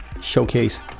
showcase